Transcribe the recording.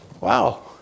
Wow